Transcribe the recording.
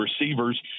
receivers